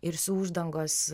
ir su uždangos